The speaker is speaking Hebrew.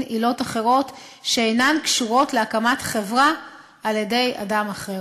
עילות אחרות שאינן קשורות להקמת חברה על-ידי אדם אחר.